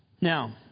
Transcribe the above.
Now